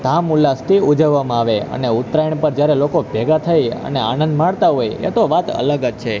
ધામ ઉલ્લાસથી ઉજવવામાં આવે અને ઉત્તરાયણ પર જ્યારે લોકો ભેગા થાય અને આનંદ માણતા હોય એ તો વાત અલગ જ છે